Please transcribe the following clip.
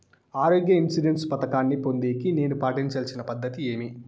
ఆరోగ్య ఇన్సూరెన్సు పథకాన్ని పొందేకి నేను పాటించాల్సిన పద్ధతి ఏమి?